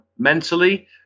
Mentally